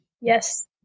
Yes